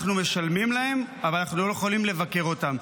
אנחנו משלמים להן, אבל אנחנו לא יכולים לבקר אותן.